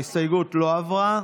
ההסתייגות לא עברה.